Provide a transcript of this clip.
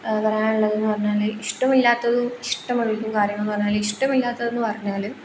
പറയാനുള്ളത് എന്ന് പറഞ്ഞാൽ ഇഷ്ടമില്ലാത്തതും ഇഷ്ടമുള്ളതും കാര്യങ്ങൾ എന്ന് പറഞ്ഞാൽ ഇഷ്ടമില്ലാത്തതെന്ന് പറഞ്ഞാൽ